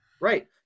Right